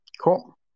cool